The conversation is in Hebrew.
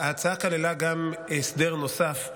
ההצעה כללה הסדר נוסף,